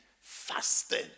fasting